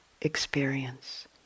experience